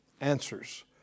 answers